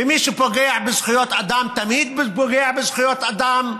ומי שפוגע בזכויות אדם תמיד פוגע בזכויות אדם.